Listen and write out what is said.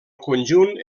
conjunt